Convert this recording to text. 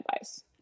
advice